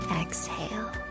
exhale